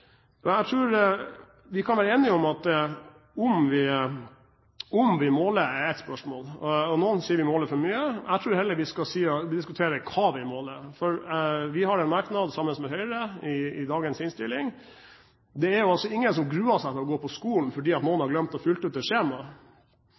Jeg tror vi kan være enige om at om vi måler, så er det ett spørsmål, og noen sier vi måler for mye. Jeg tror heller vi skal diskutere hva vi måler. Vi har en merknad sammen med Høyre i dagens innstilling. Det er ingen som gruer seg til å gå på skolen fordi noen